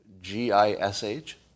G-I-S-H